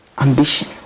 ambition